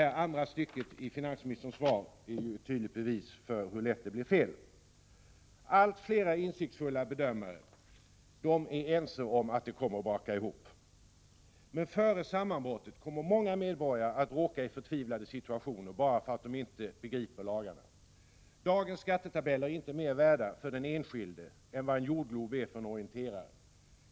Det andra stycket i finansministerns svar är ju ett tydligt bevis på hur lätt det blir fel. Allt flera insiktsfulla bedömare är ense om att det kommer att braka ihop, men före sammanbrottet kommer många medborgare att råka i förtvivlade situationer bara därför att de inte begriper lagarna. Dagens skattetabeller är inte mer värda för den enskilde än en jordglob för en orienterare.